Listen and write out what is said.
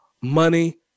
money